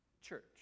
Church